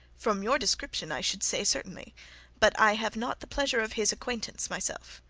from your description i should say certainly but i have not the pleasure of his acquaintance myself.